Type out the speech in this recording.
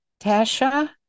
Tasha